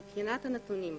מבחינת הנתונים,